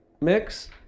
Mix